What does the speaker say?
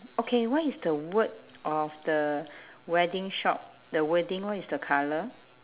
okay what is the word of the wedding shop the wording what is the colour